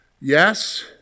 Yes